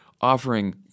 offering